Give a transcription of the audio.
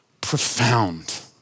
profound